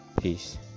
Peace